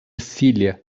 celia